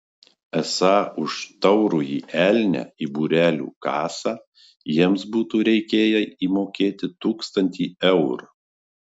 esą už taurųjį elnią į būrelio kasą jiems būtų reikėję įmokėti tūkstantį eurų